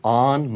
on